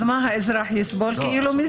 אז האזרח יסבול מזה?